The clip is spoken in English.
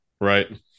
Right